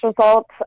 results